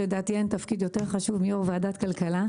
לדעתי אין תפקיד חשוב או בכיר מיו"ר ועדת כלכלה.